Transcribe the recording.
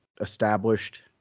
established